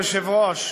אדוני היושב-ראש,